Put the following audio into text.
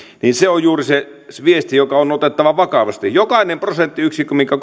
on juuri se viesti joka on otettava vakavasti jokainen prosenttiyksikkö minkä